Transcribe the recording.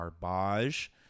garbage